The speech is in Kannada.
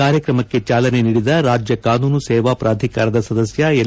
ಕಾರ್ಯಕ್ರಮಕ್ಕೆ ಚಾಲನ ನೀಡಿದ ರಾಜ್ಯ ಕಾನೂನು ಸೇವಾ ಪ್ರಾಧಿಕಾರದ ಸದಸ್ತ ಎಲ್